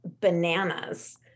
bananas